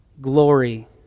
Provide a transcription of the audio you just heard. glory